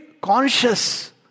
conscious